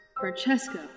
Francesca